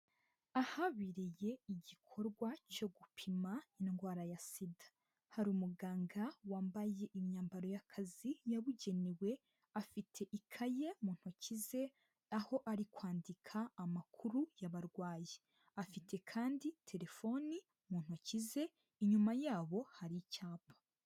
Ahaberiye igikorwa cyo gupima indwara ya SIDA, hari umuganga wambaye imyambaro y'akazi yabugenewe, afite ikaye mu ntoki ze, aho ari kwandika amakuru y'abarwayi, afite kandi telefoni mu ntoki ze, inyuma yabo hari icyapa.